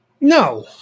No